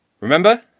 Remember